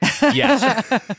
Yes